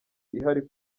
ihari